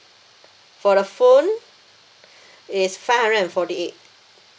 for the phone is five hundred and forty eight